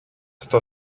στο